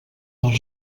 dels